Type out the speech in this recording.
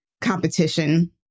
competition